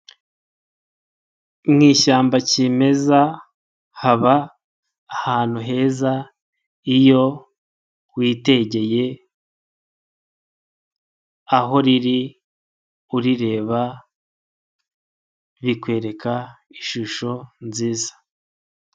Mu ishyamba kimeza haba ahantu heza iyo witegeye aho riri urireba rikwereka ishusho nziza.